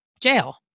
jail